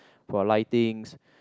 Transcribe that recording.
for lightings